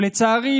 לצערי,